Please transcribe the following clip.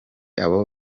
abo